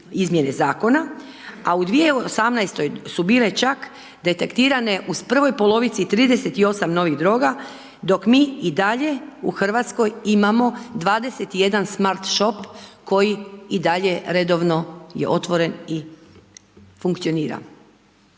a u 2018. su bile čak detektirane u prvoj polovici 38 novih droga, dok mi i dalje u Hrvatskoj imamo 21 smart shop koji i dalje redovno je otrven i funkcionira.